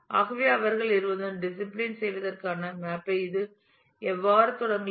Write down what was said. ஆகவே அவர்கள் இருவரும் டிசிப்ளின் செய்வதற்கான மேப் ஐ இது எவ்வாறு தொடங்கலாம்